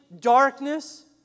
darkness